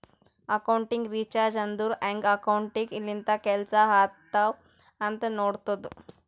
accounting research ಅಂದುರ್ ಹ್ಯಾಂಗ್ accounting ಲಿಂತ ಕೆಲ್ಸಾ ಆತ್ತಾವ್ ಅಂತ್ ನೋಡ್ತುದ್